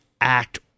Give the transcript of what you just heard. act